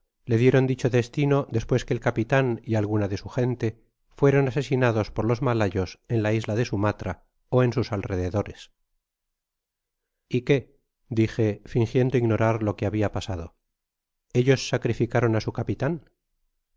le dieron dicho destino despues que el capitan y alguna de su gente fueron asesinados por los malayos en la isla de sumatra ó en sus alrededores y qué dije fingiendo ignorar todo lo que habia pasado ellos sacrificaron á su capitan